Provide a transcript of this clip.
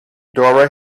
dora